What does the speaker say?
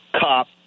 cop